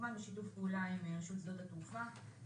כמובן בשיתוף רשות שדות התעופה,